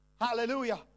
hallelujah